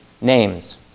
names